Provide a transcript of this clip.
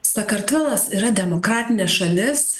sakartvelas yra demokratinė šalis